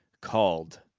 called